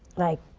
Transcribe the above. like,